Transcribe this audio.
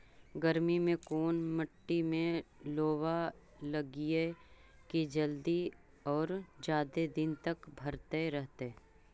गर्मी में कोन मट्टी में लोबा लगियै कि जल्दी और जादे दिन तक भरतै रहतै?